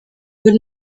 would